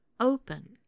open